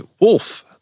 wolf